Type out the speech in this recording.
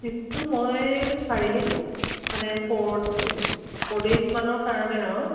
ট্ৰিপটো মই চাৰিদিন মানে ফ'ৰ ফ'ৰ ডেইজমানৰ কাৰণে আৰু